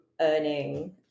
earning